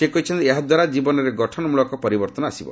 ସେ କହିଛନ୍ତି ଏହାଦ୍ୱାରା ଜୀବନରେ ଗଠନମୂଳକ ପରିବର୍ଭନ ହେବ